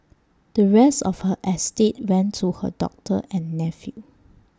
the rest of her estate went to her doctor and nephew